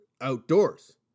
outdoors